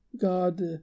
god